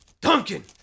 Duncan